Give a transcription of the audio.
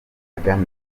kagame